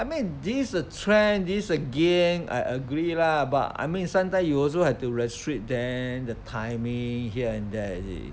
I mean this is a trend this is a game I agree lah but I mean sometime you also have to restrict them the timing here and there you see